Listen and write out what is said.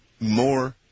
more